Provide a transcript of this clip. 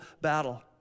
battle